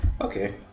Okay